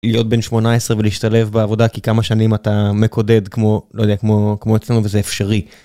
להיות בן 18 ולהשתלב בעבודה כי כמה שנים אתה מקודד כמו לא יודע כמו כמו אצלנו וזה אפשרי.